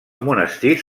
monestirs